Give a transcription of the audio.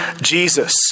Jesus